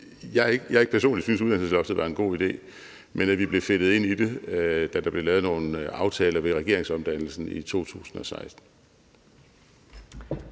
jeg ikke personligt synes, at uddannelsesloftet var en god idé, men at vi blev fedtet ind i det, da der blev lavet nogle aftaler ved regeringsomdannelsen i 2016.